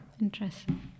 interesting